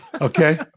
Okay